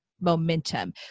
momentum